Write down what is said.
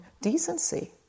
decency